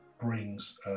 brings